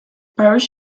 parish